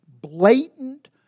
blatant